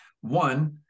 One